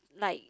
like